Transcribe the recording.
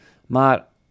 Maar